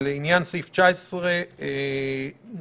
לעניין סעיף 19 נדרש